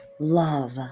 love